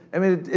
i mean,